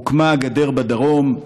הוקמה גדר בדרום,